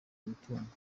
imitungo